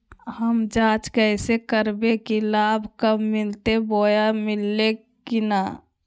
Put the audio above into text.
हम जांच कैसे करबे की लाभ कब मिलते बोया मिल्ले की न?